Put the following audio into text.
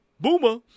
Boomer